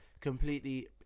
completely